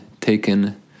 taken